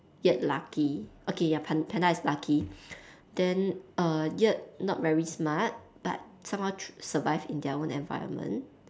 yet lucky okay pan~ panda is lucky then yet not very smart but somehow survive in their own environment